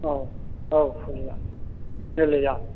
औ औ फुलिया जोलैया